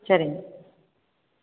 சரிங்க